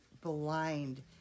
blind